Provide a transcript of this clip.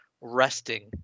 resting